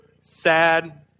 sad